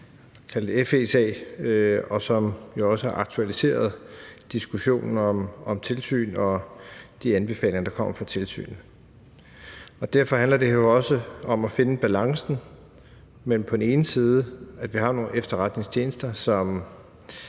kan kalde den FE-sag, som jo også har aktualiseret diskussionen om tilsyn og de anbefalinger, der kommer fra tilsyn. Derfor handler det her jo også om at finde balancen mellem, at vi på den ene side har nogle efterretningstjenester,